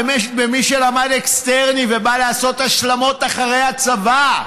במי שלמד אקסטרני ובא לעשות השלמות אחרי הצבא.